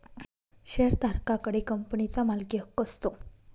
शेअरधारका कडे कंपनीचा मालकीहक्क असतो